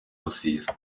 rusizi